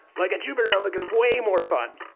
like a jupiter notebook is way more fun.